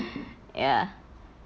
ya